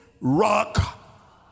rock